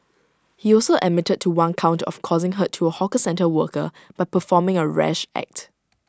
he also admitted to one count of causing hurt to A hawker centre worker by performing A rash act